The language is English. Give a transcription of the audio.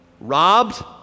robbed